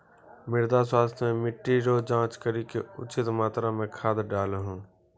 मृदा स्वास्थ्य मे मिट्टी रो जाँच करी के उचित मात्रा मे खाद डालहो